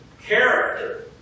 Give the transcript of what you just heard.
character